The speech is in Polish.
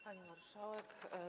Pani Marszałek!